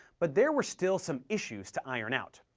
but there were still some issues to iron out.